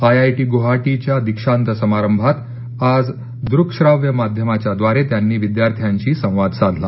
I I T गवहाटीच्या दीक्षांत समारंभात आज दुक श्राव्य माध्यमाच्याद्वारे त्यांनी विद्यार्थ्याशी संवाद साधला